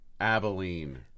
Abilene